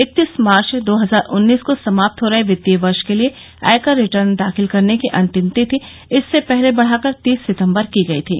इकतीस मार्च दो हजार उन्नीस को समाप्त हो रहे वित्तीय वर्ष के लिए आयकर रिटर्न दाखिल करने की अंतिम तिथि इससे पहले बढ़ाकर तीस सितंबर की गई थी